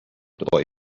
boy